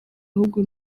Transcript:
ahubwo